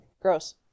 Gross